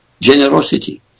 generosity